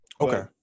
okay